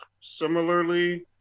similarly